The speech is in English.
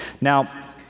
Now